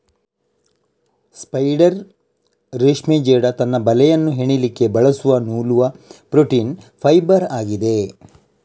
spider ರೇಷ್ಮೆ ಜೇಡ ತನ್ನ ಬಲೆಯನ್ನ ಹೆಣಿಲಿಕ್ಕೆ ಬಳಸುವ ನೂಲುವ ಪ್ರೋಟೀನ್ ಫೈಬರ್ ಆಗಿದೆ